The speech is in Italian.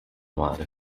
male